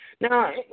Now